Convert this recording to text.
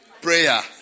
prayer